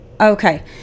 Okay